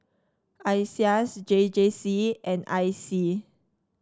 Iseas J J C and I C